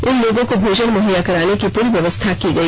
इन लोगों को भोजन मुहैया कराने की पूरी व्यवस्था की गई